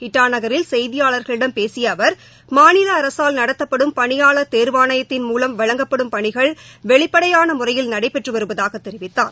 இட்டா நகரில் செய்தியாளர்களிடம் பேசிய அவர் மாநில அரசால் நடத்தப்படும் பணியாளர் தேர்வாணையத்தின் மூலம் வழங்கப்படும் பணிகள் வெளிப்படையாள முறையில் நடைபெற்று வருவதாகத் தெரிவித்தார்